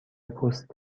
پوست